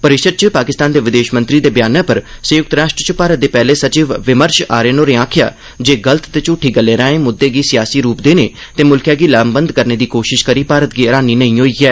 परिषद च पाकिस्तान दे विदेश मंत्री दे बयानै पर संयुक्त राष्ट्र च भारत दे पैह्ले सचिव विमर्श आर्यन होरें आखेआ जे गलत ते झूठी गल्लें राएं मुद्दे गी सियासी रूप देने ते मुल्खें गी लामबंद करने दी कोशश करी भारत गी ह्रानी नेई होई ऐ